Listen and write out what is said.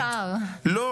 בעד שום סיבה שבעולם, אני לא